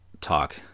talk